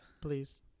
please